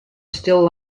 still